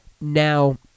Now